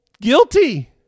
guilty